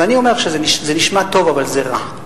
ואני אומר שזה נשמע טוב, אבל זה רע.